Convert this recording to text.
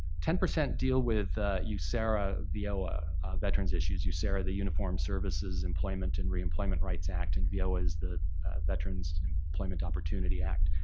ten percent deal with userra veoa veteran's issues, userra, the uniform services employment and reemployment rights act. and veoa is the veterans employment opportunity act.